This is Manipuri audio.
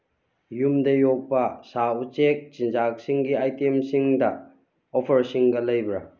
ꯌꯨꯝꯗ ꯌꯣꯛꯄ ꯁꯥ ꯎꯆꯦꯛ ꯆꯤꯟꯖꯥꯛꯁꯤꯡꯒꯤ ꯑꯥꯏꯇꯦꯝꯁꯤꯡꯗ ꯑꯣꯐꯔꯁꯤꯡꯒ ꯂꯩꯕ꯭ꯔꯥ